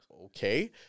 okay